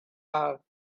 loved